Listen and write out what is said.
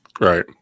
Right